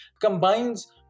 combines